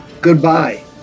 Goodbye